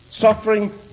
Suffering